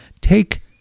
take